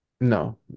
No